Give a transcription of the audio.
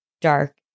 dark